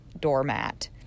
doormat